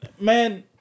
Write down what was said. man